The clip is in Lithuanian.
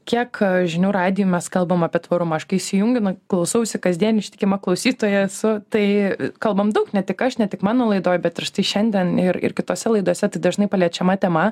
kiek žinių radijuj mes kalbam apie tvarumą aš kai įsijungiu nu klausausi kasdien ištikima klausytoja esu tai kalbam daug ne tik aš ne tik mano laidoj bet ir štai šiandien ir ir kitose laidose tai dažnai paliečiama tema